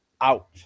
out